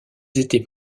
étaient